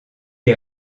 est